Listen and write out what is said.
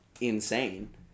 insane